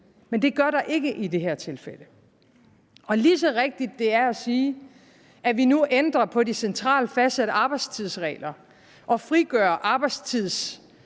Men det gør der ikke i det her tilfælde. Lige så rigtigt det er at sige, at vi nu ændrer på de centralt fastsatte arbejdstidsregler og frigør arbejdstidens